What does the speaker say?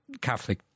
Catholic